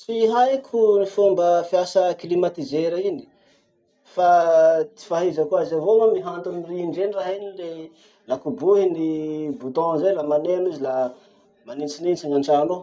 Tsy haiko fomba fiasa climatiseur iny. Fa ty fahaizako azy avao, mihanto amy rindry eny raha iny le la kobohy ny bouton zay la maneno izy la manitsinitsy gn'antrano ao.